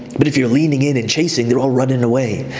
but if you're leaning in and chasing, they're all running away.